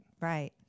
Right